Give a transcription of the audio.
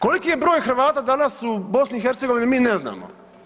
Koliki je broj Hrvata danas u BiH mi ne znamo.